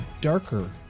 darker